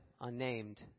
unnamed